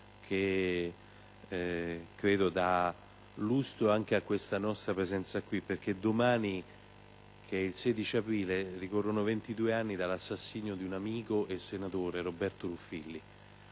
che credo dia lustro anche alla nostra presenza qui, ricordando che domani, 16 aprile, ricorrono 22 anni dall'assassinio dell'amico e senatore Roberto Ruffilli,